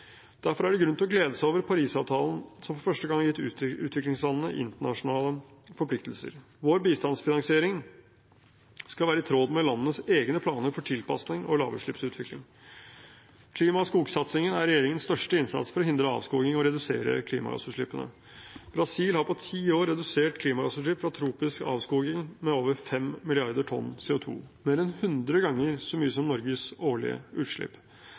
Derfor er det grunn til å glede seg over Parisavtalen, som for første gang har gitt utviklingslandene internasjonale forpliktelser. Vår bistandsfinansiering skal være i tråd med landenes egne planer for tilpasning og lavutslippsutvikling. Klima- og skogsatsingen er regjeringens største innsats for å hindre avskoging og redusere klimagassutslippene. Brasil har på ti år redusert klimagassutslipp fra tropisk avskoging med over 5 milliarder tonn CO 2 – mer enn 100 ganger så mye som Norges årlige utslipp.